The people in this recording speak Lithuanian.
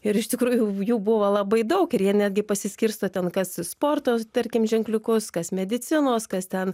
ir iš tikrųjų jų buvo labai daug ir jie netgi pasiskirsto ten kas sporto tarkim ženkliukus kas medicinos kas ten